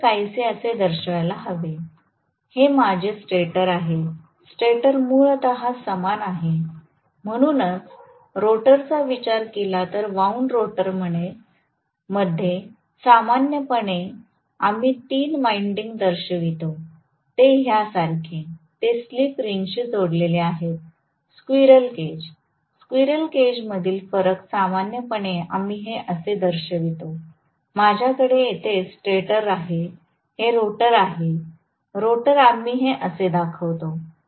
मी हे काहीसे असे दर्शवायला हवे हे माझे स्टेटर आहे स्टेटर मूलत समान आहे म्हणूनच रोटरचा विचार केला तर वाऊंड रोटरमध्ये सामान्यपणे आम्ही तीन वाइंडिंग दर्शवितो ते ह्या सारखे ते स्लिप रिंगशी जोडलेले आहेत स्क्विरल केज स्क्विरल केज मधील फरक सामान्यपणे आम्ही हे असे दर्शवितो माझ्याकडे येथे स्टेटर आहे हे रोटर आहे रोटर आम्ही हे असे दाखवितो